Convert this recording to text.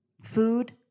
Food